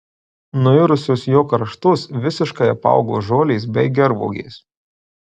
nuirusius jo kraštus visiškai apaugo žolės bei gervuogės